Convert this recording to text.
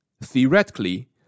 theoretically